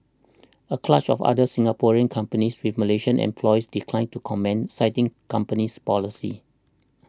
a clutch of other Singaporean companies with Malaysian employees declined to comment citing companies policy